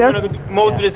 there? most